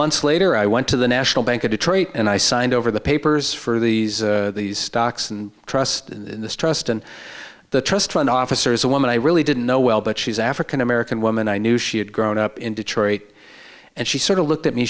months later i went to the national bank of detroit and i signed over the papers for these stocks and trust the trust and the trust fund officers a woman i really didn't know well but she's african american woman i knew she had grown up in detroit and she sort of looked at me